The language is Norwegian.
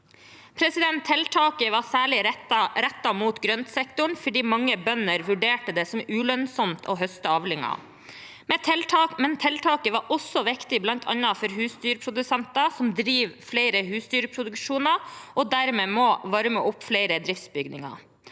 hele 2024. Tiltaket var særlig rettet mot grøntsektoren fordi mange bønder vurderte det som ulønnsomt å høste avlingen, men tiltaket var også viktig bl.a. for husdyrprodusenter som driver flere husdyrproduksjoner, og som dermed må varme opp flere driftsbygninger.